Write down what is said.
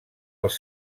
els